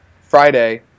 Friday